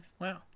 Wow